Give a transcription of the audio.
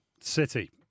City